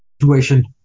situation